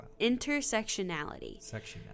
Intersectionality